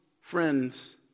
friends